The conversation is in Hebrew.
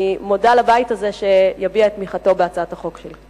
אני מודה לבית הזה שיביע תמיכתו בהצעת החוק שלי.